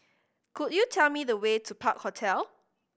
could you tell me the way to Park Hotel